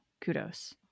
kudos